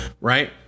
Right